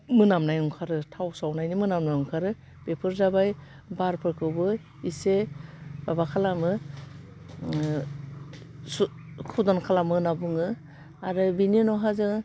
मोनामनाय ओंखारो थाव सावनायनि मोनामनाय ओंखारो बेफोर जाबाय बारफोरखौबो इसे माबा खालामो ओम सु खुधन खालामो होन्ना बुङो आरो बिनि उनावहा जों